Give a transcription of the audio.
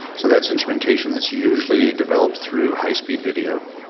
so that's instrumentation that's usually developed through high speed video.